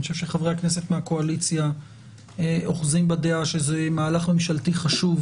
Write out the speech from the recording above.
אני חושב שחברי הכנסת מהקואליציה אוחזים בדעה שזה מהלך ממשלתי חשוב,